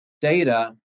data